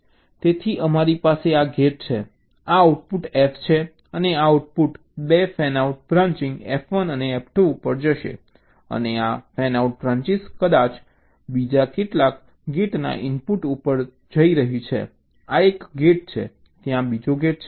તેથી અમારી પાસે આ ગેટ છે આ આઉટપુટ F છે અને આ આઉટપુટ 2 ફેનઆઉટ બ્રાન્ચિઝ F1 અને F2 ઉપર જશે અને આ ફેનઆઉટ બ્રાન્ચિઝ કદાચ બીજા કેટલાક ગેટના ઇનપુટ ઉપર જઈ રહી છે આ એક ગેટ છે ત્યાં બીજો ગેટ છે